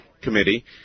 Committee